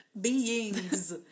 Beings